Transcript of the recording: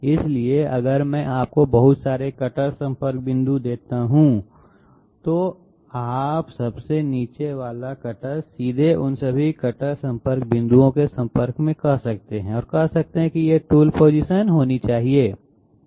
इसलिए अगर मैं आपको बहुत सारे कटर संपर्क बिंदु देता हूं तो आप सबसे नीचे वाला कटर सीधे उन सभी कटर संपर्क बिंदुओं के संपर्क में कह सकते हैं और कह सकते हैं कि ये टूल पोजीशन होनी चाहिए नहीं